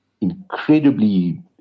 incredibly